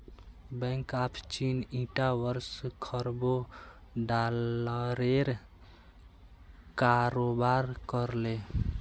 bank of China ईटा वर्ष खरबों डॉलरेर कारोबार कर ले